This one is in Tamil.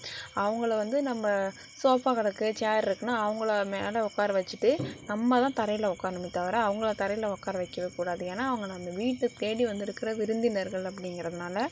அவங்கள வந்து நம்ம சோஃபா கிடக்கு சேர் இருக்குனால் அவங்கள மேலே உக்கார வச்சிட்டு நம்ம தான் தரையில் உக்காரணுமே தவிர அவங்கள தரையில் உக்கார வைக்கவே கூடாது ஏன்னா அவங்க நம்ம வீட்டை தேடி வந்திருக்க விருந்தினர்கள் அப்படிங்குறதுனால்